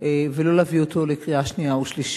ולא להביא אותו לקריאה שנייה ושלישית.